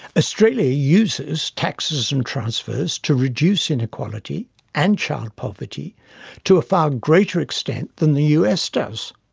australia uses taxes and transfers to reduce inequality and child poverty to a far greater extent than the us does.